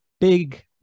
big